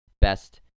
best